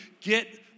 get